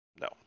no